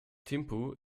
thimphu